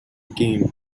game